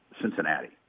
Cincinnati